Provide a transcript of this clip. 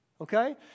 okay